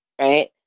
right